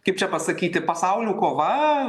kaip čia pasakyti pasaulių kova